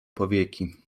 powieki